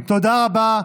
תודה רבה.